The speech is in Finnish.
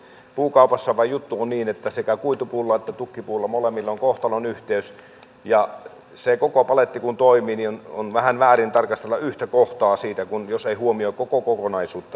puukaupassa vain juttu on niin että sekä kuitupuulla että tukkipuulla molemmilla on kohtalonyhteys ja se koko paletti kun toimii on vähän väärin tarkastella yhtä kohtaa siitä jos ei huomioi koko kokonaisuutta